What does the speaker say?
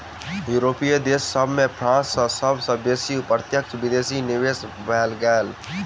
यूरोपीय देश सभ में फ्रांस में सब सॅ बेसी प्रत्यक्ष विदेशी निवेश भेल छल